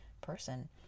person